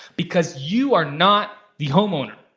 because you are not the homeowner.